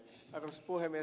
arvoisa puhemies